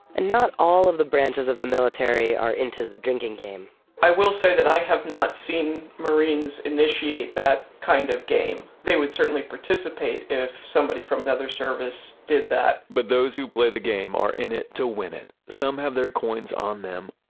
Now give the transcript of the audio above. and not all of the branches of the military are into the drinking game i will say that i have not seen marines initiate that kind of game. they would certainly participate if somebody from another service did that but those who play the game are in it to win it. some have their coins on them,